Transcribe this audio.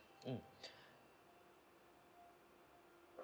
mm